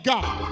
God